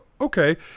okay